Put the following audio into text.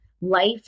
life